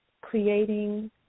creating